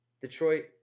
Detroit